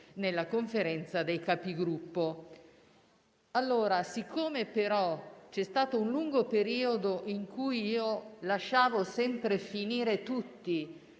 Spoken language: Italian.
nella Conferenza dei Capigruppo. Siccome, però, c'è stato un lungo periodo in cui lasciavo sempre finire a tutti